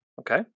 Okay